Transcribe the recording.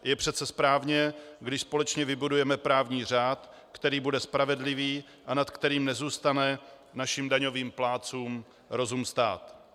Je přece správné, když společně vybudujeme právní řád, který bude spravedlivý a nad kterým nezůstane našim daňovým plátcům rozum stát.